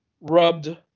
rubbed